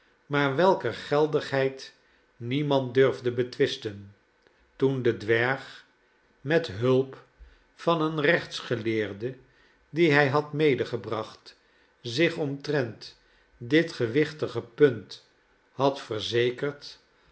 maar welker geldigheid niemand durfde betwisten toen de dwerg met hulp van een rechtsgeleerde dien hij had medegebracht zich omtrent dit gewichtige punt had verzekerd